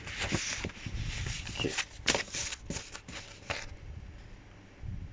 okay